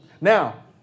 Now